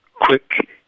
quick